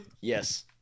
Yes